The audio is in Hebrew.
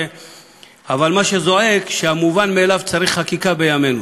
אבל מה שזועק זה שהמובן מאליו צריך חקיקה בימינו.